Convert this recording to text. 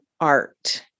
art